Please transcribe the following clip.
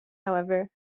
however